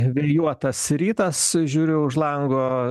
viliuotas rytas žiūriu už lango